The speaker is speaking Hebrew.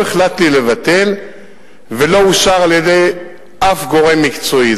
לא החלטתי לבטל ולא אושר על-ידי אף גורם מקצועי.